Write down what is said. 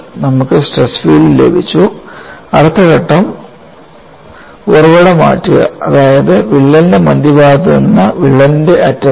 നമുക്ക് stress field ലഭിച്ചു അടുത്ത ഘട്ടം ഉറവിടം മാറ്റുക അതായത് വിള്ളലിന്റെ മധ്യഭാഗത്ത് നിന്ന് വിള്ളലിന്റെ അറ്റം വരെ